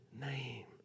name